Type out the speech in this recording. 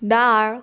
दाळ